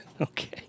Okay